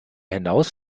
hinaus